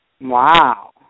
Wow